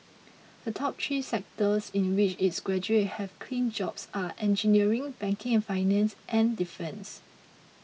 the top three sectors in which its graduates have clinched jobs are engineering banking and finance and defence